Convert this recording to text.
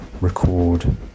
record